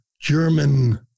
German